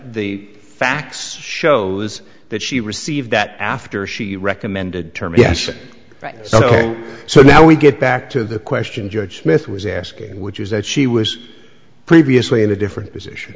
the facts shows that she received that after she recommended term yes right so so now we get back to the question judge smith was asking which is that she was previously in a different position